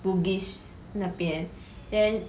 bugis 那边 then